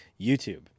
YouTube